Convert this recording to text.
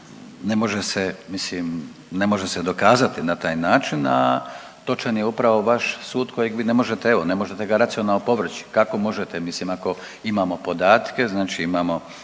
ne može se dokazati na taj način, a točan je upravo vaš sud kojeg vi ne možete, evo ne možete ga racionalno opovrći, kako možete mislim ako imamo podatke znači imamo